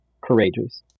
courageous